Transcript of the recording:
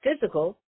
physical